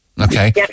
Okay